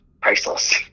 priceless